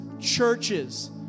churches